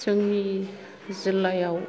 जोंनि जिल्लायाव